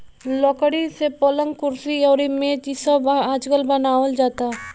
लकड़ी से पलंग, कुर्सी अउरी मेज़ इ सब आजकल बनावल जाता